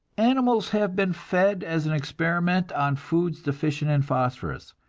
animals have been fed, as an experiment, on foods deficient in phosphorus.